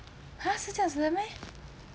!huh! 是这样子的 meh